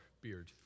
Beard